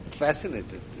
fascinated